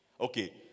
Okay